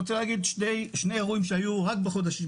שני אירועים שהיו רק בשלושה,